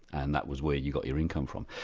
and that was where you got your income from.